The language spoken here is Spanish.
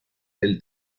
del